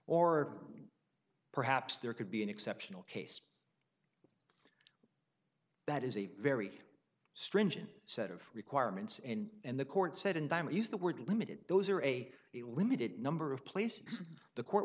or perhaps there could be an exceptional case that is a very stringent set of requirements and the court said in time and use the word limited those are a limited number of places the court